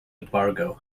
embargo